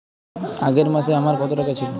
আগের মাসে আমার কত টাকা ছিল?